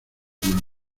malo